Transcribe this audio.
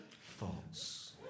False